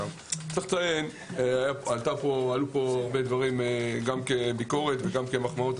עלו פה הרבה דברים כביקורת וכמחמאות,